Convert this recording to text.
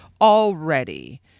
already